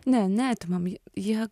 ne neatimam ji jie